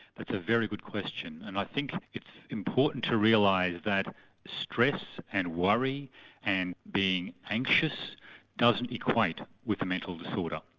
that's a very good question and i think it's important to realise that stress and worry and being anxious doesn't equate with a mental disorder.